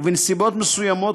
ובנסיבות מסוימות,